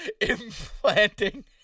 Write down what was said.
implanting